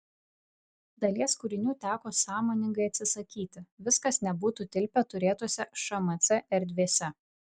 dalies kūrinių teko sąmoningai atsisakyti viskas nebūtų tilpę turėtose šmc erdvėse